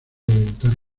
debutar